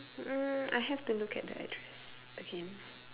uh I have to look at the address again